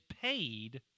paid